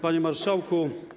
Panie Marszałku!